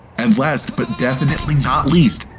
and last, but definitely not least.